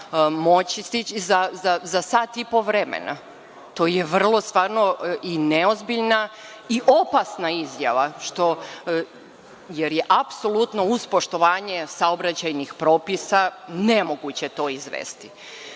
moći stići za sati i po vremena. To je vrlo i neozbiljna i opasna izjava, jer je apsolutno, uz poštovanje saobraćajnih propisa, nemoguće to izvesti. Dalje,